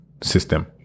system